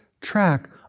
track